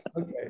Okay